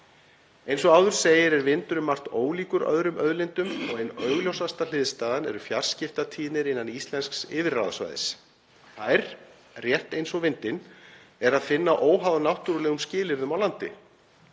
Eins og áður segir er vindur um margt ólíkur öðrum auðlindum og ein augljósasta hliðstæðan eru fjarskiptatíðnir innan íslensks yfirráðasvæðis. Þær, rétt eins og vindinn, er að finna óháð náttúrulegum skilyrðum á landi.